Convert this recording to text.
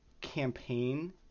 campaign